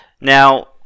Now